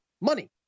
money